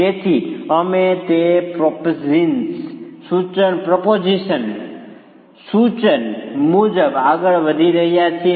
તેથી અમે તે પ્રોપોઝીસન સુચન મુજબ આગળ વધી રહ્યા છીએ